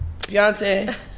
Beyonce